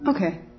Okay